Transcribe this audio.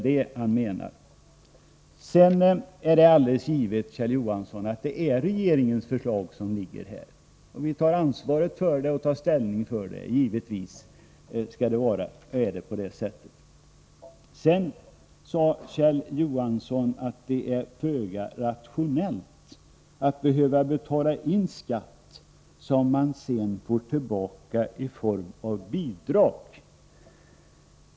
Det är alldeles givet, Kjell Johansson, att det är regeringens förslag som ligger. Vi tar ansvar för det. Självfallet skall det vara på det sättet. Kjell Johansson sade också att det är föga rationellt att behöva betala in skatt, som man sedan får tillbaka i form av bidrag.